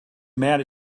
mad